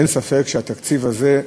אין ספק שהתקציב הזה,